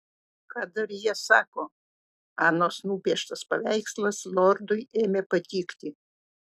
ką dar jie sako anos nupieštas paveikslas lordui ėmė patikti